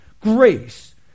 Grace